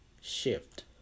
shift